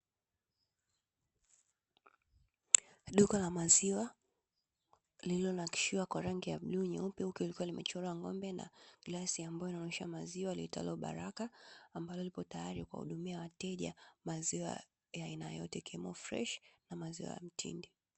Duka la maziwa lililonakishiwa kwa rangi ya bluu, nyeupe huku likiwa limechorwa ng'ombe na glasi ambayo inaonesha maziwa liitalwo baraka, ambalo lipo tayari kuwahudumia wateja maziwa ya aina yote ikiwemo freshi na mtindi.